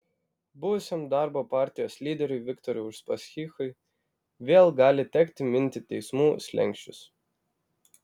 buvusiam darbo partijos lyderiui viktorui uspaskichui vėl gali tekti minti teismų slenksčius